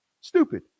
stupid